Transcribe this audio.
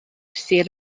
sir